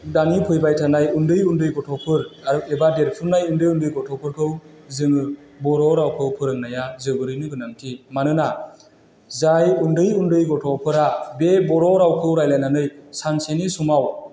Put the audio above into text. दानि फैबाय थानाय उन्दै उन्दै गथ'फोर आरो एबा देरफुनाय उन्दै उन्दै गथ'फोरखौ जोङो बर' रावखौ फोरोंनाया जोबोरैनो गोनांथि मानोना जाय उन्दै उन्दै गथ'फोरा बे बर' रावखौ रायज्लायनानै सानसेनि समाव